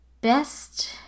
best